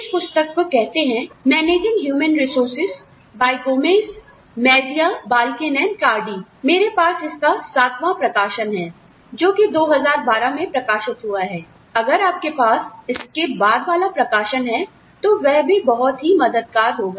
इस पुस्तक को कहते हैं managing human resources by Gomez Mejia Balkin and कार्डीManaging Human Resources by Gomez Mejia Balkin and Cardy मेरे पास इसका सातवाँ प्रकाशन है जोकि 2012 में प्रकाशित हुआ था अगर आपके पास इसके बाद वाला प्रकाशन है तो वह भी बहुत ही मददगार होगा